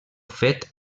fet